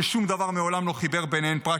ששום דבר מעולם לא חיבר ביניהן פרט